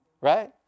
right